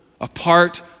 apart